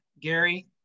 Gary